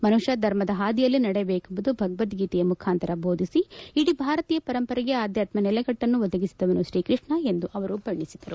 ಮನುಷ್ಕ ಧರ್ಮದ ಪಾದಿಯಲ್ಲೇ ನಡೆಯಬೇಕೆಂದು ಭಗವಧೀತೆಯ ಮುಖಾಂತರ ಬೋಧಿಸಿ ಇಡೀ ಭಾರತೀಯ ಪರಂಪರೆಗೆ ಆಧ್ಯಾತ್ಮಿಕ ನೆಲೆಗಟ್ಟನ್ನು ಒದಗಿಸಿದವನು ಶ್ರೀಕೃಷ್ಣ ಎಂದು ಅವರು ಬಣ್ಣಿಸಿದರು